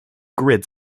grid